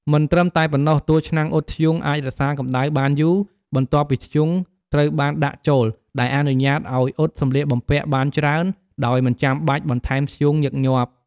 មិនត្រឹមតែប៉ុណ្ណោះ តួឆ្នាំងអ៊ុតធ្យូងអាចរក្សាកម្ដៅបានយូរ បន្ទាប់ពីធ្យូងត្រូវបានដាក់ចូល ដែលអនុញ្ញាតឲ្យអ៊ុតសម្លៀកបំពាក់បានច្រើនដោយមិនចាំបាច់បន្ថែមធ្យូងញឹកញាប់។